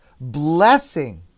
Blessing